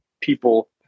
people